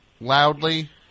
loudly